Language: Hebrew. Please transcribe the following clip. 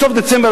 בסוף דצמבר,